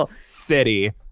City